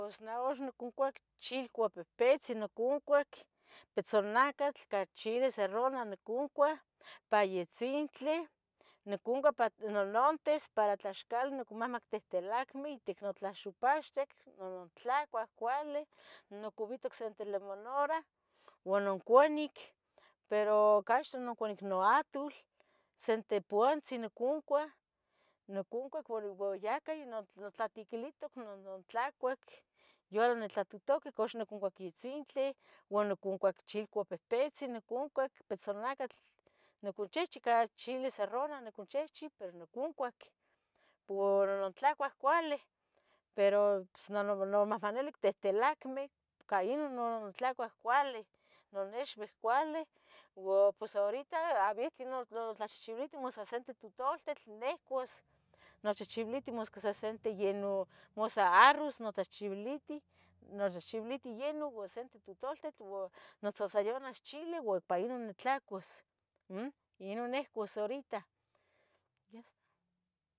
Pos nah axon nicua chilcuapehpetzeh. noconcuac petzonacatl ca chile serrunoh. niconcuah, pa yetzintle, niconcua. nonontes para tlaxcale nicomana tehtelacmic. nutlaxupaxtic, nonuntlacua cuali Nocuvintoc se in telemolorah uan uncuanic. pero oc axtoh oncunic nuatul, se intepuantzin. niconcuah, niconcuah u ya ca nitlatequilihtoc. non untlacuac yonitlatutucac oxnoconcua yitzintli. uan nocuoncua chilcuapehtetzen, nocincuac petzonzcatl. noconchihchi ica chile serruno, cicunchihchi pero. niconcuac, puro non tlacuah cuali, pero nonmomanileh. tehtelacmic ca inon onontlacuah cuali, nonixvic cuale. ua pos horita avihqui no, notlachihchivilihtoc mas sa. sente tutultitl nihcuas Nochihchiviliti masque sa sente yenun. mus sa arruz notahchivilitih, nutahchiviliti. yenun u sente tutultil ua notzatzayanas chile. ua pa inun nitlacuas, mm, inun nehcos horita, ya.